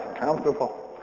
comfortable